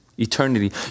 eternity